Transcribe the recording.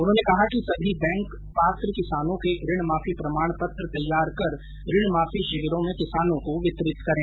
उन्होंने कहा कि सभी बैंक पात्र किसानों के ऋण माफी प्रमाण पत्र तैयार कर ऋण माफी शिविरों में किसानों को वितरित करें